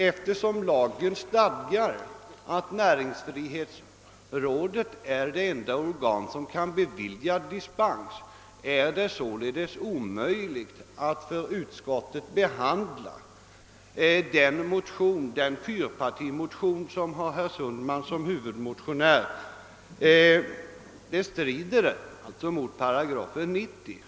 Eftersom det i lagen stadgas att näringsfrihetsrådet är det enda organ som kan bevilja dispens, är det således omöjligt för utskottet att behandla den fyrpartimotion som har herr Sundman som huvudmotionär. Det strider mot 8 90 i regeringsformen.